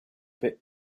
bit